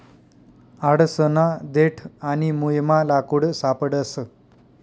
आडसना देठ आणि मुयमा लाकूड सापडस